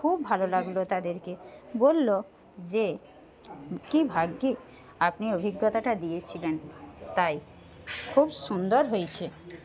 খুব ভালো লাগলো তাদেরকে বলল যে কি ভাগ্যিস আপনি অভিজ্ঞতাটা দিয়েছিলেন তাই খুব সুন্দর হয়েছে